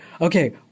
okay